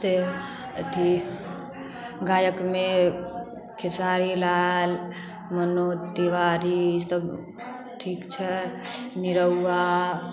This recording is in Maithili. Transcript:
से अथी गायकमे खेसारी लाल मनोज तिवारी ईसब ठीक छै निरहुआ